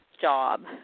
job